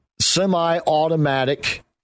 semi-automatic